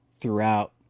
throughout